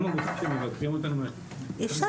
גם הגופים שמבקרים אותנו --- נתנאל,